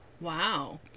Wow